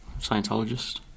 Scientologist